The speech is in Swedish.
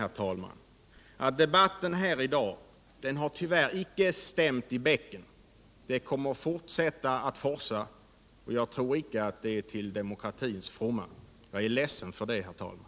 herr talman, att debatten här i dag tyvärr inte har stämt i bäcken. Der. kommer att fortsätta att forsa, och jag tror inte det är till demokratins fromma. Jag är ledsen för det, herr talman.